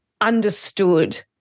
understood